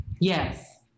Yes